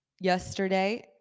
yesterday